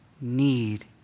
need